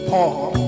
Paul